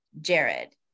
Jared